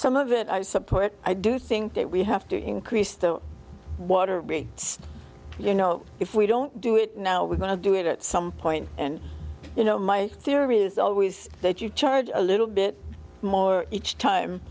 some of it i support it i do think that we have to increase the water you know if we don't do it now we're going to do it at some point and you know my theory is always that you charge a little bit more each time